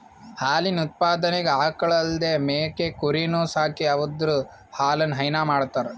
ಹಾಲಿನ್ ಉತ್ಪಾದನೆಗ್ ಆಕಳ್ ಅಲ್ದೇ ಮೇಕೆ ಕುರಿನೂ ಸಾಕಿ ಅವುದ್ರ್ ಹಾಲನು ಹೈನಾ ಮಾಡ್ತರ್